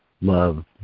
love